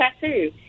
tattoo